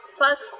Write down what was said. First